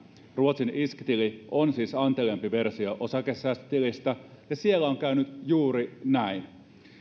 ruotsin isk tili on siis anteliaampi versio osakesäästötilistä ja siellä on käynyt juuri näin